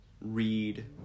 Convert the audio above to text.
read